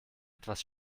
etwas